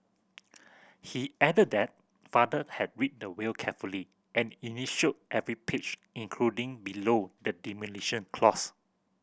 he added that father had read the will carefully and initialled every page including below the demolition clause